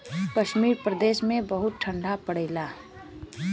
कश्मीर प्रदेस मे बहुते ठंडी पड़ेला